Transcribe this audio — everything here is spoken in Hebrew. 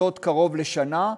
זאת קרוב לשנה,